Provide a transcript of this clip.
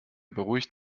beruhigt